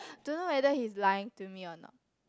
don't know whether he's lying to me or not